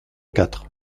quatre